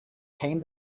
came